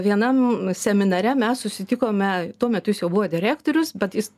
vienam seminare mes susitikome tuo metu jis jau buvo direktorius bet jis